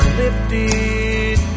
lifted